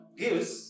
gives